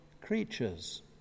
creatures